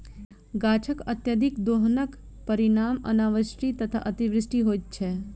गाछकअत्यधिक दोहनक परिणाम अनावृष्टि आ अतिवृष्टि होइत छै